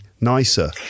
nicer